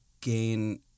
gain